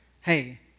Hey